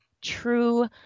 true